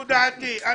זו דעתי.